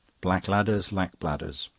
black ladders lack bladders